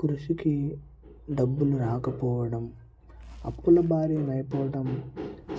కృషికి డబ్బులు రాకపోవడం అప్పుల బారిన అయిపోవటం